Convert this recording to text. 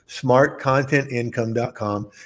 smartcontentincome.com